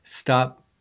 stop